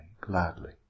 gladly